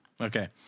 Okay